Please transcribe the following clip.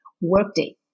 workday